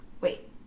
wait